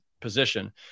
position